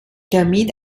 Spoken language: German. damit